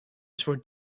for